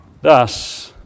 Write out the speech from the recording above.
Thus